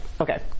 Okay